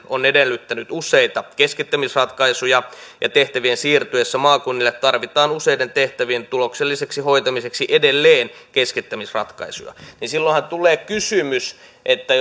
on edellyttänyt useita keskittämisratkaisuja ja tehtävien siirtyessä maakunnille tarvitaan useiden tehtävien tulokselliseksi hoitamiseksi edelleen keskittämisratkaisuja silloinhan tulee kysymys että